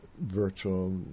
virtual